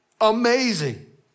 amazing